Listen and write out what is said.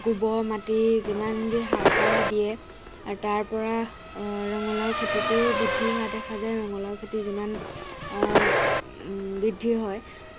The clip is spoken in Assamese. গোবৰ মাটি যিমান যি সাৰ পাৰে দিয়ে আৰু তাৰ পৰা ৰঙালাও খেতিটোও বৃদ্ধি হোৱা দেখা যায় ৰঙালাও খেতি যিমান বৃদ্ধি হয়